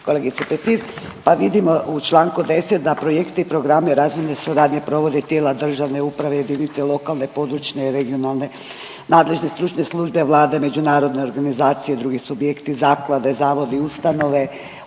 Kolegice Petir pa vidimo u Članku 10. da projekcije i programe razvojne suradnje provode tijela državne uprave, jedinice lokalne, područje i regionalne, nadležne stručne službe Vlade, međunarodne organizacije i drugi subjekti, zaklade, zavodi, ustanove,